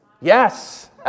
Yes